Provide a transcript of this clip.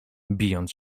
bijąc